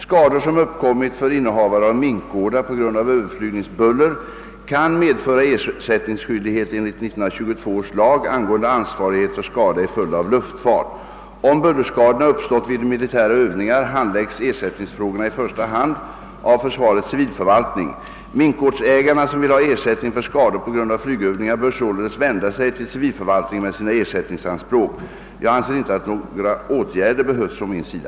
Skador som uppkommit för innehavare av minkgårdar på grund av överflygningsbuller kan medföra <ersättningsskydldighet enligt 1922 års lag angående ansvarighet för skada i följd av luftfart. Om bullerskadorna uppstått vid militära övningar, handläggs ersättningsfrågorna i första hand av försvarets civilförvaltning. Minkgårdsägare som vill ha ersättning för skador på grund av flygövningar bör således vända sig till civilförvaltningen med sina ersättningsanspråk. Jag anser inte att några åtgärder behövs från min sida.